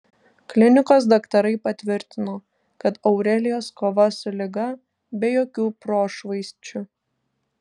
klinikos daktarai patvirtino kad aurelijos kova su liga be jokių prošvaisčių